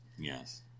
Yes